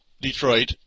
Detroit